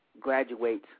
graduates